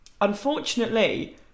unfortunately